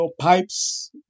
pipes